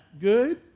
good